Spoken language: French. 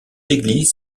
églises